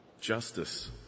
justice